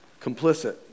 complicit